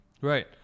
right